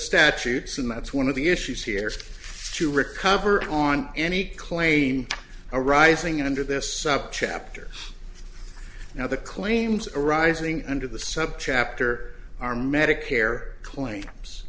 statutes and that's one of the issues here to recover on any claim arising under this subchapter now the claims arising under the subchapter are medicare cl